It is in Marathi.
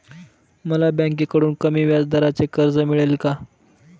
मला बँकेकडून कमी व्याजदराचे कर्ज मिळेल का?